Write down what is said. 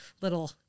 little